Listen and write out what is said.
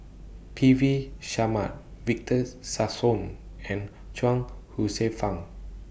P V Sharma Victor Sassoon and Chuang Hsueh Fang